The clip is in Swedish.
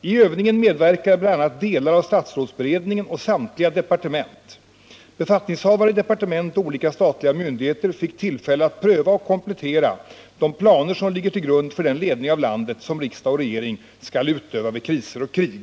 I övningen medverkar bl.a. delar av statsrådsberedningen och samtliga departement. Befattningshavare i departement och olika statliga myndigheter fick tillfälle att pröva och komplettera de planer som ligger till grund för den ledning av landet, som riksdag och regering skall utöva vid kriser och i krig.